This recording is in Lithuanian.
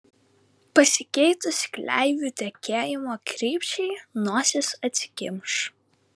pasikeitus gleivių tekėjimo krypčiai nosis atsikimš